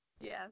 Yes